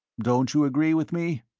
don't you agree with me?